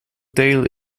dale